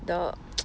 the